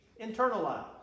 internalized